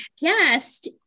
guest